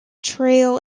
trail